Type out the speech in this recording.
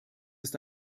ist